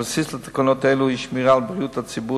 הבסיס לתקנות האלה הוא שמירה על בריאות הציבור